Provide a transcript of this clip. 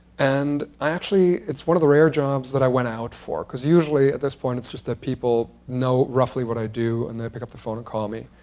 and actually, it's one of the rare jobs that i went out for, because usually at this point it's just that people know roughly what i do, and they pick up the phone and call me.